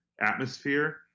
atmosphere